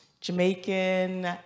Jamaican